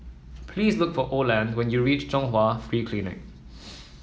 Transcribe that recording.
please look for Oland when you reach Chung Hwa Free Clinic